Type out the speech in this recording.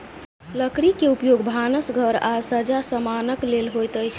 लकड़ी के उपयोग भानस घर आ सज्जा समानक लेल होइत अछि